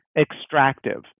extractive